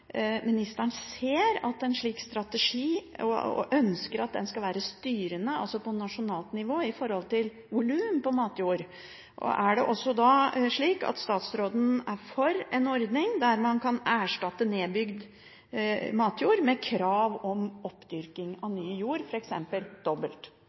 ministeren ønsker at en slik strategi skal være styrende på nasjonalt nivå med hensyn til volum på matjord? Og er det slik at statsråden er for en ordning der man kan erstatte nedbygd matjord med krav om oppdyrking av ny jord, f.eks. dobbelt?